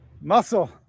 Muscle